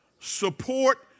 support